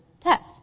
test